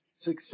Success